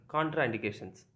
Contraindications